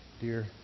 dear